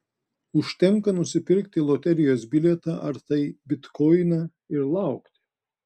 užtenka nusipirkti loterijos bilietą ar tai bitkoiną ir laukti